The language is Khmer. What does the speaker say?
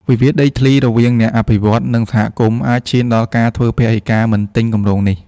វិវាទដីធ្លីរវាងអ្នកអភិវឌ្ឍន៍ និងសហគមន៍ អាចឈានដល់ការធ្វើពហិការមិនទិញគម្រោងនោះ។